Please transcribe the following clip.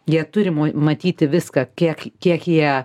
jie turi matyti viską kiek kiek jie